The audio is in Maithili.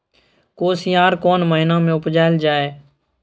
कोसयार कोन महिना मे उपजायल जाय?